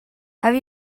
have